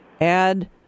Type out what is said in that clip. add